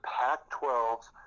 Pac-12's